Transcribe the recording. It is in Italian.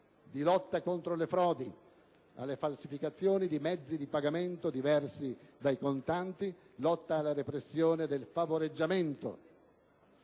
di lotta contro le frodi e le falsificazioni di mezzi di pagamento diversi dai contanti, di repressione del favoreggiamento